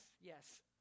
yes